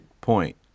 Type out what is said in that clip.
point